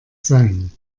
sein